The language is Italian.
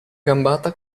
gambata